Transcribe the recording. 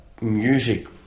music